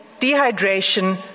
dehydration